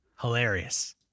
hilarious